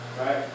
Right